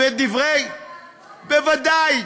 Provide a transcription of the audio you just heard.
ודאי.